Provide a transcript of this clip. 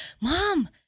Mom